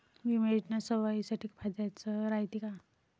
बिमा योजना सर्वाईसाठी फायद्याचं रायते का?